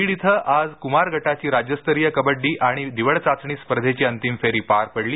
बीड इथं आज क्मार गटाची राज्यस्तरीय कबड्डी आणि निवड चाचणी स्पर्धेंची अंतिम फेरी पार पडली